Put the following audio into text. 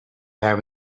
have